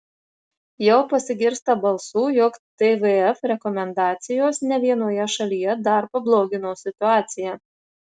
jau pasigirsta balsų jog tvf rekomendacijos ne vienoje šalyje dar pablogino situaciją